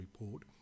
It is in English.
report